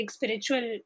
Spiritual